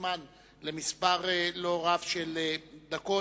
פסק-זמן למספר לא רב של דקות,